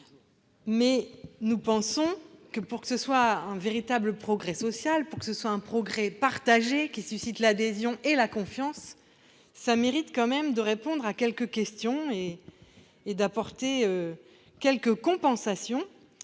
nous pensons que, pour que ce soit un véritable progrès social, un progrès partagé qui suscite l'adhésion et la confiance, il faut au préalable répondre à quelques questions et apporter quelques compensations.